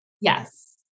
Yes